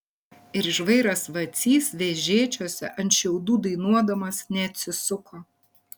ir žvairas vacys vežėčiose ant šiaudų dainuodamas neatsisuko